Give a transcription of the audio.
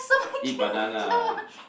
eat banana